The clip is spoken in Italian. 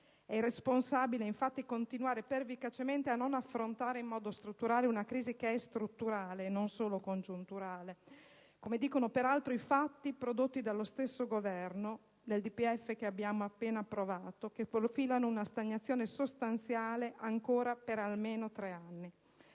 irresponsabile continuare pervicacemente a non affrontare in modo strutturale una crisi che è strutturale e non solo congiunturale, come dicono peraltro i dati prodotti dallo stesso Governo nel DPEF appena approvato, che profilano una stagnazione sostanziale ancora per almeno tre anni.